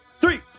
three